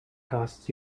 costs